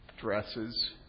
dresses